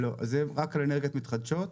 לא, זה רק על אנרגיות מתחדשות.